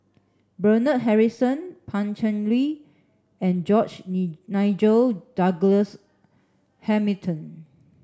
Bernard Harrison Pan Cheng Lui and George Ni Nigel Douglas Hamilton